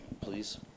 Please